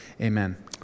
Amen